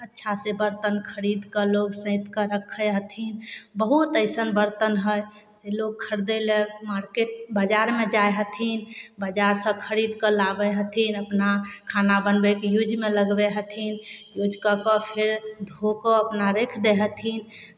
अच्छासँ बरतन खरीद कऽ लोक सैंत कऽ रखै हथिन बहुत अइसन बरतन हइ से लोक खरीदै लए मार्केट बाजारमे जाइ हथिन बाजारसँ खरीद कऽ लाबै हथिन अपना खाना बनबयके यूजमे लगबै हथिन यूज कऽ कऽ फेर धो कऽ अपना राखि दैत हथिन